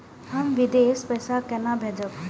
हम विदेश पैसा केना भेजबे?